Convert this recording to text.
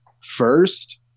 First